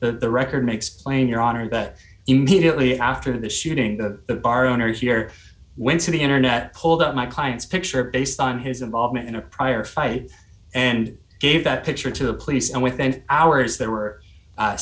the record makes plain your honor that immediately after the shooting the bar owner here went to the internet pulled out my client's picture based on his involvement in a prior fight and gave that picture to the police and within hours there were